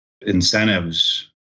incentives